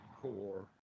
core